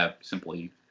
simply